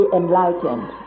enlightened